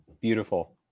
Beautiful